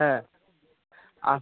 হ্যাঁ আর